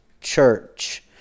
church